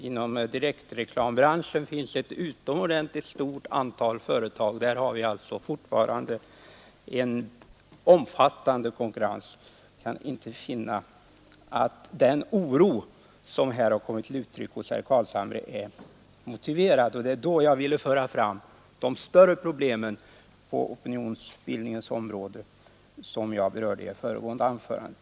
Inom direktreklambranschen finns det ett utomordentligt stort antal företag. Där råder alltjämt en stark konkurrens. Jag kan inte finna att den oro som herr Carlshamre här givit uttryck åt är motiverad. Det är därför som jag har velat föra fram de större problemen på opinionsbildningens område, som jag berörde i ett föregående anförande.